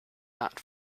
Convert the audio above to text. not